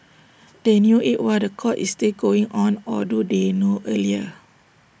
they knew IT while The Court is still going on or do they know earlier